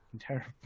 terrible